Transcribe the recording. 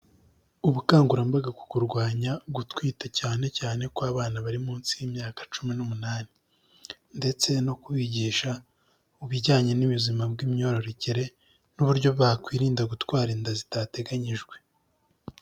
Ubukangurambaga ku kurwanya gutwita cyane cyane kw'abana bari munsi y'imyaka cumi n'umunani ndetse no kubigisha mu bijyanye n'ubuzima bw'imyororokere n'uburyo bakwirinda gutwara inda zitateganyijwe.